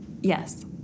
Yes